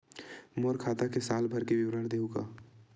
मोर खाता के साल भर के विवरण देहू का?